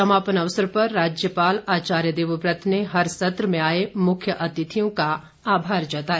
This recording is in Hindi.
समापन अवसर पर राज्यपाल आचार्य देवव्रत ने हर सत्र में आए मुख्य अतिथियों का आभार जताया